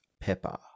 Pepper